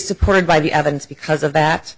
supported by the evidence because of that